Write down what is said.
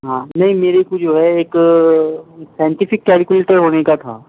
ہاں نہیں میرے کو جو ہے ایک سائینٹیفک کیلکولیٹر ہونے کا تھا